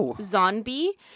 Zombie